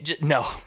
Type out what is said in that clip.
No